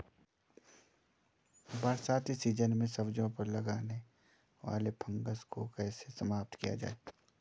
बरसाती सीजन में सब्जियों पर लगने वाले फंगस को कैसे समाप्त किया जाए?